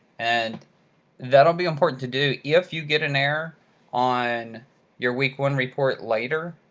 and that'll be important to do. if you get an error on your week one report later,